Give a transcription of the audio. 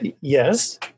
Yes